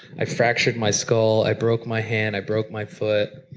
i fractured my skull, i broke my hand, i broke my foot.